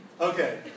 Okay